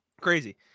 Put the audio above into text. Crazy